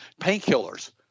painkillers